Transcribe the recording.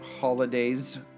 holidays